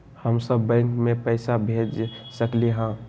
हम सब बैंक में पैसा भेज सकली ह?